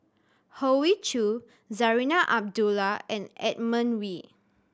Hoey Choo Zarinah Abdullah and Edmund Wee